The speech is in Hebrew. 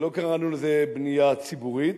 לא קראנו לזה בנייה ציבורית,